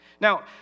Now